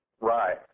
Right